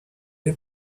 این